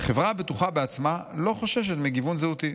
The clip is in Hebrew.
"חברה הבטוחה בעצמה לא חוששת מגיוון זהותי.